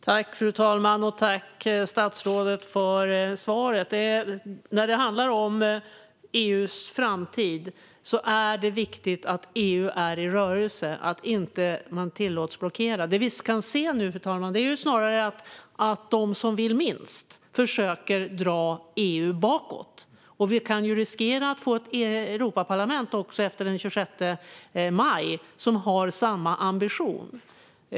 Fru talman! Tack, statsrådet, för svaret! När det handlar om EU:s framtid är det viktigt att EU är i rörelse och att ingen tillåts blockera. Det vi kan se nu, fru talman, är snarare att de som vill minst försöker dra EU bakåt. Vi kan också riskera att få ett Europaparlament efter den 26 maj som har samma ambition.